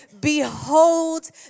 behold